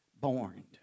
born